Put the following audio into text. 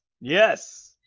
Yes